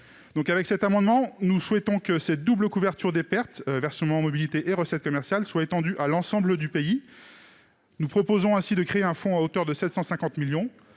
présent amendement, nous proposons que cette double couverture des pertes- versement mobilité et recettes commerciales -soit étendue à l'ensemble du pays. Il s'agirait de créer un fonds à hauteur de 750 millions